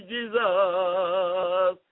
Jesus